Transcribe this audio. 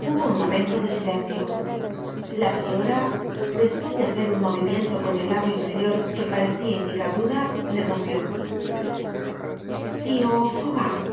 hubo un momento de silencio la priora despues de hacer un mo vimiento con el labio inferior que parecia indicar duda le rompió tio fauvent